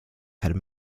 had